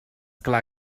clar